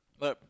but